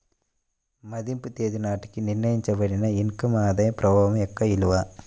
మదింపు తేదీ నాటికి నిర్ణయించబడిన ఇన్ కమ్ ఆదాయ ప్రవాహం యొక్క విలువ